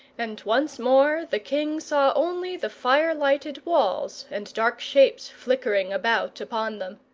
and once more the king saw only the fire-lighted walls, and dark shapes flickering about upon them.